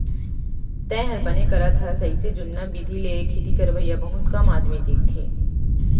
तैंहर बने करत हस अइसे जुन्ना बिधि ले खेती करवइया बहुत कम आदमी दिखथें